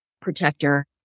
protector